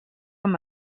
amb